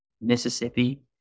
Mississippi